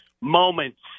moments